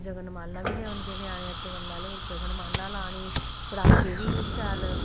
जगनमाला बी लेई औंदे ञ्याणे अजकल्ल आह्ले जगनमाला लानी पटाके बी शैल